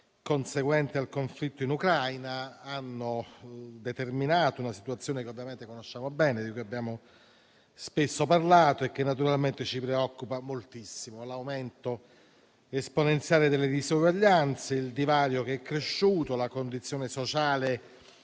conseguente al conflitto in Ucraina hanno determinato una situazione che conosciamo bene, di cui abbiamo spesso parlato e che naturalmente ci preoccupa moltissimo: l'aumento esponenziale delle disuguaglianze, il divario che è cresciuto, la condizione sociale